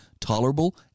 tolerable